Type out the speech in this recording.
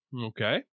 Okay